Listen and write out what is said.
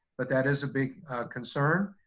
but that is a big concern.